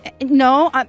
No